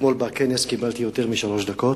אתמול בכנס קיבלתי יותר משלוש דקות.